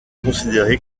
considéré